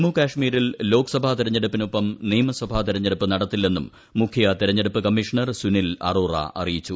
ജമ്മു കശ്മീരിൽ ലോക്സഭാ തെരഞ്ഞെടുപ്പിനൊപ്പം നിയമസഭാ തെരഞ്ഞെടുപ്പ് നടത്തില്ലെന്നും മുഖൃ തെരഞ്ഞെടുപ്പ് കമ്മീഷണർ സുനിൽ അറോറ അറിയിച്ചു